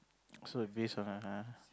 so if